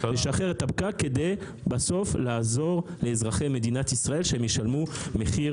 לשחרר את הפקק כדי בסוף לעזור לאזרחי מדינת ישראל כך שישלמו מחיר